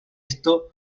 esto